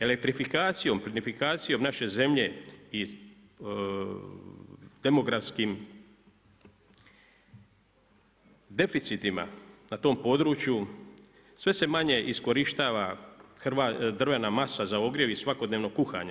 Elektrifikacijom, plinifikacijom naše zemlje i demografskim deficitima na tom području sve se manje iskorištava drvena masa za ogrjev i svakodnevno kuhanje.